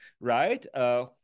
right